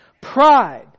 Pride